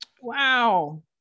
Wow